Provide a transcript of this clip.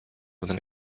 within